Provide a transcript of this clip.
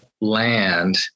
land